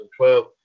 2012